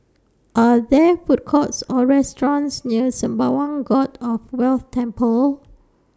Are There Food Courts Or restaurants near Sembawang God of Wealth Temple